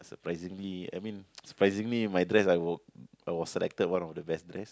surprisingly I mean surprisingly my dress I were I was selected one of the best dress